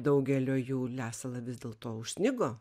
daugelio jų lesalą vis dėlto užsnigo